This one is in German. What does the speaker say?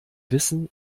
wissen